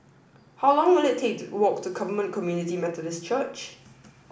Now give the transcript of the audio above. how long will it take to walk to Covenant Community Methodist Church